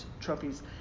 trophies